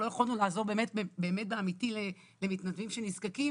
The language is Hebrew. לא יכולנו לעזור באמת באמיתי למתנדבים שנזקקים